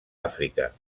àfrica